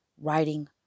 writing